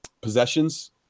possessions